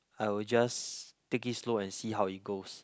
I will just take it slow and see how it goes